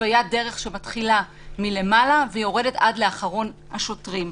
התוויית דרך שמתחילה מלמעלה ויורדת עד לאחרון השוטרים.